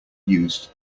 used